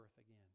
again